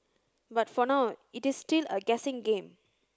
but for now it is still a guessing game